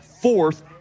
fourth